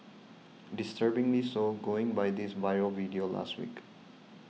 disturbingly so going by this viral video last week